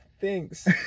thanks